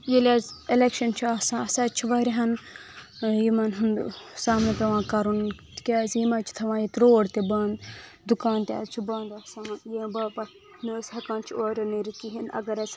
ییٚلہِ اسۍ ایٚلیکشن چھُ آسان اسہِ حظ چھِ واریاہن یِمن ہُنٛد سامنہٕ پٮ۪وان کرُن تِکیاز یِم حظ چھِ تھاوان یتہِ روڈ تہِ بنٛد دُکان تہِ حظ چھِ بنٛد آسان ییٚمہِ باپتھ نہ حظ ہیٚکان چھِ اور یور نیرِتھ اگر اسہِ